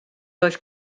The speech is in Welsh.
oedd